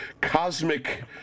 cosmic